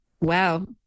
Wow